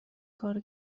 کارو